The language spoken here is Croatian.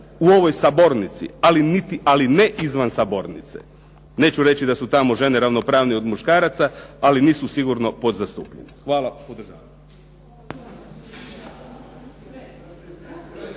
u ovoj sabornici. Ali ne izvan sabornice. Neću reći da su tamo žene ravnopravnije od muškaraca ali nisu sigurno pod zastupljene. Hvala.